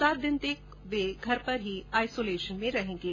सात दिन तक वे घर पर ही आइसोलेशन में रहेंगे